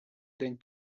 день